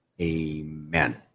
amen